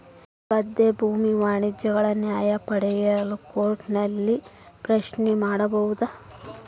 ಗದ್ದೆ ಭೂಮಿ ವ್ಯಾಜ್ಯಗಳ ನ್ಯಾಯ ಪಡೆಯಲು ಕೋರ್ಟ್ ನಲ್ಲಿ ಪ್ರಶ್ನೆ ಮಾಡಬಹುದಾ?